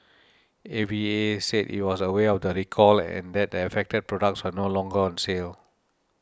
A V A said it was aware of the recall and that the affected products were no longer on sale